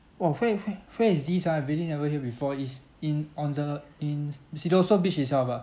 !wah! where where where is this ah really never hear before it's in on the ins~ the siloso beach itself ah